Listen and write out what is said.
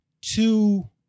two